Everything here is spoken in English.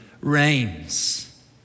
reigns